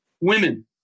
women